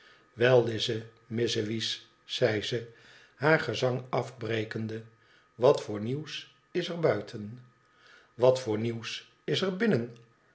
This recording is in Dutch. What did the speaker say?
lize mize wies zei ze haar gezang afbrekende t wat voor nieuws is er buiten iwat voor nieuws is er binnen